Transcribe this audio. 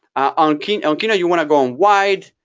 on keynote, you know you want to go and wide,